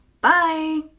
Bye